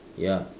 ya